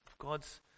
God's